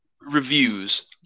reviews